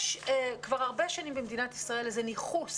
יש כבר הרבה שנים במדינת ישראל איזה ניכוס